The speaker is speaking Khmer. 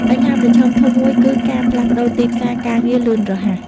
បញ្ហាប្រឈមធំមួយគឺ ការផ្លាស់ប្តូរទីផ្សារការងារលឿនរហ័ស។